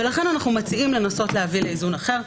לכן אנחנו מנסים להביא לאיזון אחר.